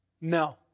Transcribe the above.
No